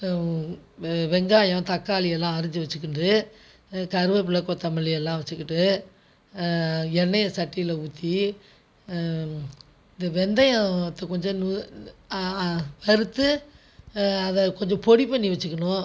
வெ வெங்காயம் தக்காளி எல்லாம் அரிஞ்சு வச்சுக்கிண்டு கருவேப்பிலை கொத்தமல்லி எல்லாம் வச்சுக்கிட்டு எண்ணெயை சட்டியில் ஊற்றி இந்த வெந்தயம் து கொஞ்சம் வறுத்து அதை கொஞ்சம் பொடி பண்ணி வச்சுக்கணும்